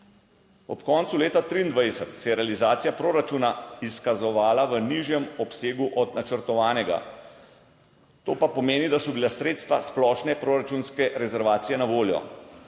Ob koncu leta 2023 se je realizacija proračuna izkazovala v nižjem obsegu od načrtovanega, to pa pomeni, da so bila sredstva splošne proračunske rezervacije na voljo.